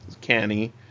canny